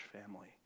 family